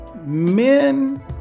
Men